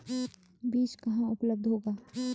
बीज कहाँ उपलब्ध होगा?